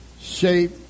shape